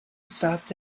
stopped